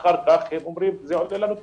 אחר כך הם אומרים זה עולה לנו כסף.